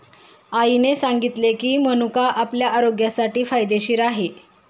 आईने सांगितले की, मनुका आपल्या आरोग्यासाठी फायदेशीर आहे